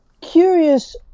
curious